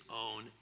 own